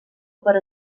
per